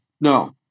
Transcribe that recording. No